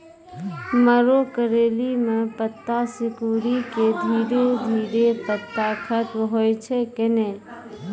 मरो करैली म पत्ता सिकुड़ी के धीरे धीरे पत्ता खत्म होय छै कैनै?